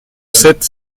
sept